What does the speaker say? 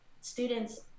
students